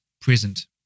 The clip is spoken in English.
present